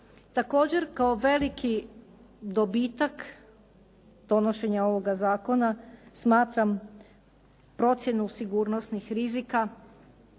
Također kao veliki dobitak donošenja ovoga zakona smatram procjenu sigurnosnih rizika